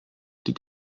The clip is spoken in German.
die